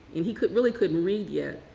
and he could really couldn't read yet.